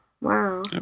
wow